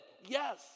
Yes